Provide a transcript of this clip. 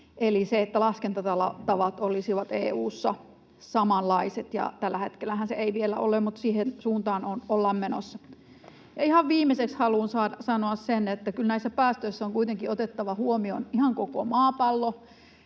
eli että laskentatavat olisivat EU:ssa samanlaiset. Tällä hetkellähän ne eivät vielä ole, mutta siihen suuntaan ollaan menossa. Ja ihan viimeiseksi haluan sanoa sen, että kyllä näissä päästöissä on kuitenkin otettava huomioon ihan koko maapallo.